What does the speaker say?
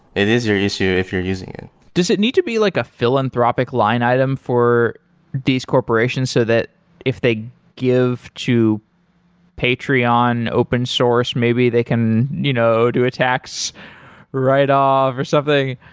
it is your issue if you're using it does it need to be like a philanthropic line-item for these corporations, so that if they give to patreon open source, maybe they can you know do a tax write-off or something?